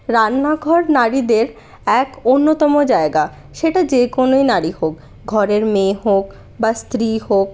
রান্নাঘর নারীদের এক অন্যতম জায়গা সেটা যেকোনোই নারী হোক ঘরের মেয়ে হোক বা স্ত্রী হোক